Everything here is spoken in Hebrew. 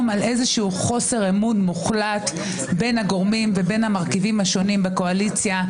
על איזשהו חוסר אמון מוחלט בין הגורמים ובין המרכיבים השונים בקואליציה,